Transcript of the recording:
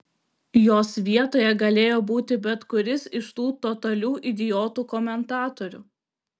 jos vietoje galėjo būti bet kuris iš tų totalių idiotų komentatorių